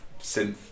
synth